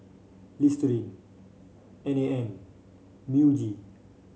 Listerine N A N Muji